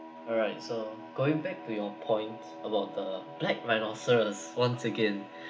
alright so going back to your point about the black rhinoceros once again